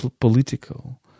political